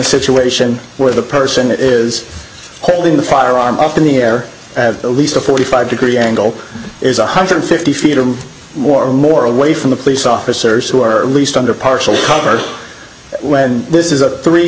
situation where the person is holding the firearm up in the air at least a forty five degree angle is one hundred fifty feet or more more away from the police officers who are at least under partial cover when this is a three